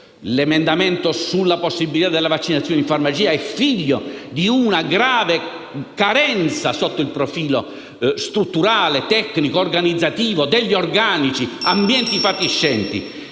L'emendamento sulla possibilità delle vaccinazioni in farmacia è figlio di una grave carenza sotto il profilo strutturale, tecnico, organizzativo, degli organici e di ambienti fatiscenti.